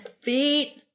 feet